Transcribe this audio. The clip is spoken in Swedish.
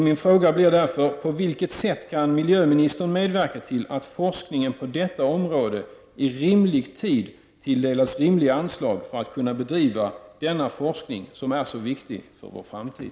Min fråga blir därför: På vilket sätt kan miljöministern medverka till att forskarna på detta område i rimlig tid tilldelas tillräckliga anslag för att kunna bedriva denna forskning, som är så viktig för vår framtid?